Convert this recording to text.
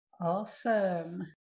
Awesome